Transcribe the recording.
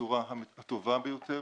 בצורה הטובה ביותר,